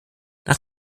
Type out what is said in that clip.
nach